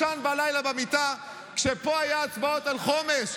ישן בלילה במיטה כשפה היו הצבעות על חומש.